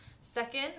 second